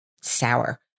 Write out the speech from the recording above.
sour